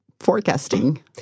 forecasting